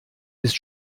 ist